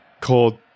called